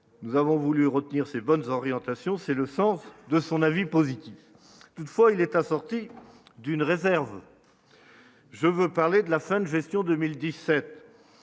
nous avons voulu retenir ses bonnes orientations c'est le sens de son avis positif toutefois: il est assorti d'une réserve, je veux parler de la fin de gestion 2017